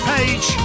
Page